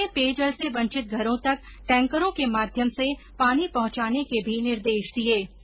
उन्होंने पेयजल से वंचित घरों तक टैंकरों के माध्यम से पानी पहुंचाने के भी निर्देश दिये